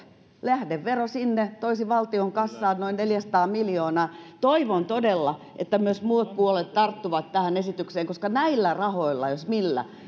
lähdevero niille toisi valtion kassaan noin neljäsataa miljoonaa toivon todella että myös muut puolueet tarttuvat tähän esitykseen koska näillä rahoilla jos millä